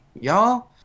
y'all